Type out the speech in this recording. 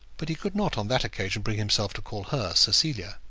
but he could not on that occasion bring himself to call her cecilia.